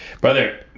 Brother